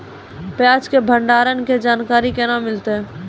प्याज के भंडारण के जानकारी केना मिलतै?